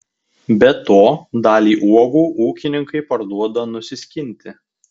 be to dalį uogų ūkininkai parduoda nusiskinti